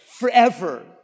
Forever